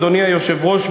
אדוני היושב-ראש,